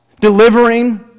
delivering